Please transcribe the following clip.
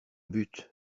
but